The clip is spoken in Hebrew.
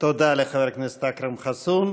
תודה לחבר הכנסת אכרם חסון.